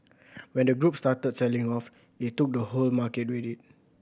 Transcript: when the group started selling off it took the whole market with it